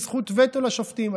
יש זכות וטו לשופטים.